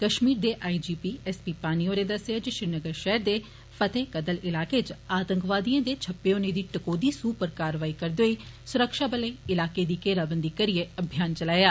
कश्मीर दे I G P S P Pani होरें दस्सेआ जे श्रीनगर शैहर दे फतेह् कदल इलाके च आतंकवादिए दे छप्पे होने दी टकोह्दी सूह उप्पर कारवाई करदे होई सुरक्षाबलें इलाके दी घेराबंदी करियै अभियान चलाया